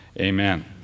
amen